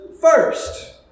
first